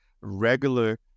regular